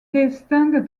distingue